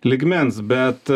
lygmens bet